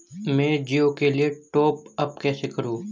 मैं जिओ के लिए टॉप अप कैसे करूँ?